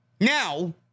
Now